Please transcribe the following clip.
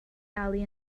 alley